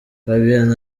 fabien